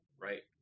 Right